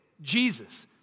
Jesus